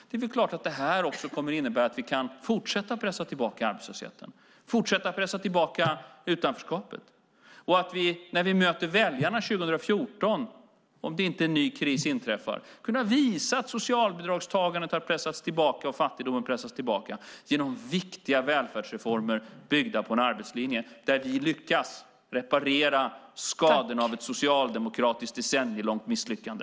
Det är klart att det här kommer att innebära att vi kan fortsätta att pressa tillbaka arbetslösheten, fortsätta att pressa tillbaka utanförskapet. När vi möter väljarna 2014 kan vi, om inte en ny kris inträffar, visa att socialbidragstagandet och fattigdomen har pressats tillbaka genom viktiga välfärdsreformer byggda på en arbetslinje där vi lyckas reparera skadorna av ett socialdemokratiskt decennielångt misslyckande.